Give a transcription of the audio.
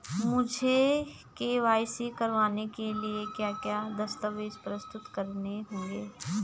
मुझे के.वाई.सी कराने के लिए क्या क्या दस्तावेज़ प्रस्तुत करने होंगे?